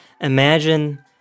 imagine